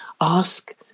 ask